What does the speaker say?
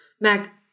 Mac